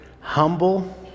humble